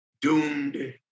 doomed